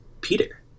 Peter